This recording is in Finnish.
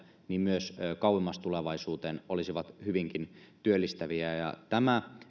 myös kauemmas tulevaisuuteen olisivat hyvinkin työllistäviä ja tämä